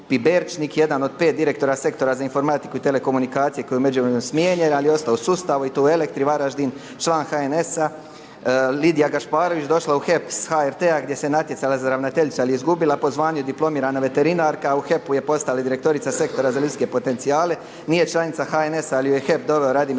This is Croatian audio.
jedan od 5 direktora Sektora za informatiku i telekomunikacije koji je u međuvremenu smijenjen ali je ostao u sustavu i to u Elektri Varaždin, član HNS-a. Lidija Gašparović, došla je u HEP sa HRT-a gdje se natjecala za ravnateljicu ali je izgubila, po zvanju diplomirana veterinarka, u HEP-u je postala i direktorica Sektora za ljudske potencijale. Nije članica HNS-a ali ju je u HEP doveo Radimir